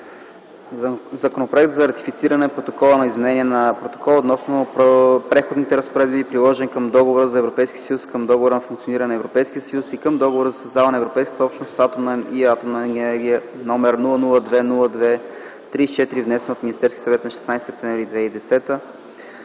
Законопроект за ратифициране на Протокола за изменение на Протокола относно Преходните разпоредби, приложен към Договора за Европейския съюз, към Договора за функционирането на Европейския съюз и към Договора за създаване на Европейската общност за атомна енергия под № 002 02 34, внесен от Министерския съвет на 16 септември 2010 г.